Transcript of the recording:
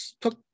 took